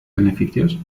beneficios